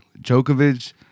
Djokovic